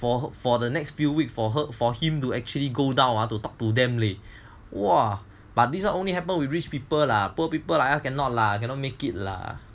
for for the next few week for her for him to actually go down to talk to them leh !wah! but this only happen with rich people lah poor people ah cannot lah cannot make it lah